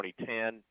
2010